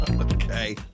okay